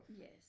Yes